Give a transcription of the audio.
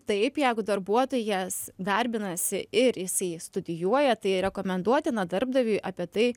taip jeigu darbuotojas darbinasi ir jisai studijuoja tai rekomenduotina darbdaviui apie tai